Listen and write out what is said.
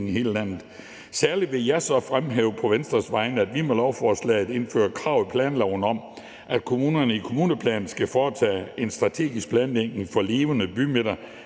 i hele landet. Særlig vil jeg så fremhæve på Venstres vegne, at vi med lovforslaget indfører krav i planloven om, at kommunerne i kommuneplanen skal foretage en strategisk planlægning for levende bymidter